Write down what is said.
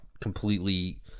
completely